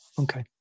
Okay